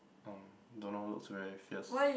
um don't know looks very fierce